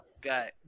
got